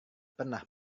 pernah